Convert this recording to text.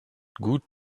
gut